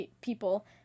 people